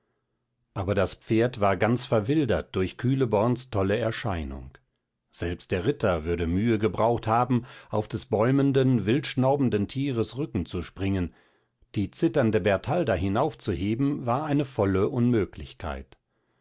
aber das pferd war ganz verwildert durch kühleborns tolle erscheinung selbst der ritter würde mühe gebraucht haben auf des bäumenden wildschnaubenden tieres rücken zu springen die zitternde bertalda hinaufzuheben war eine volle unmöglichkeit